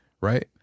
right